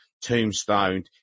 Tombstone